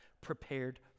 prepared